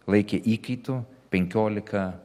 laikė įkaitu penkiolika